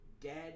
Dead